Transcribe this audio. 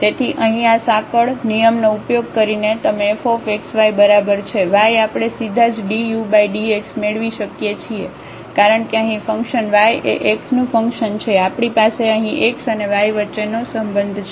તેથી અહીં આ સાંકળ નિયમનો ઉપયોગ કરીને તમે fxy બરાબર છે y આપણે સીધા જ dudx મેળવી શકીએ છીએ કારણ કે અહીં ફંક્શન y એ x નું એક ફંક્શન છે આપણી પાસે અહીં x અને y વચ્ચેનો સબંધ છે